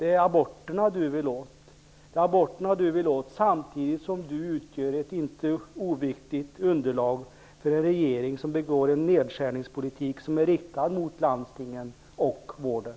Tuve Skånberg vill åt aborterna, samtidigt som han utgör ett inte oviktigt underlag för en regering som genomför en nedskärningspolitik som är riktad mot landstingen och vården.